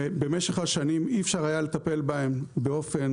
ובמשך השנים אי אפשר היה לטפל בהם באופן